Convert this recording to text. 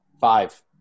Five